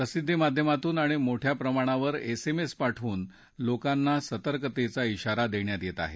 प्रसिद्वी माध्यमांतून आणि मोठ्या प्रमाणावर एसएमएस पाठवून लोकांना सतर्कतेचा शिवारा देण्यात येत आहे